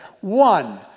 One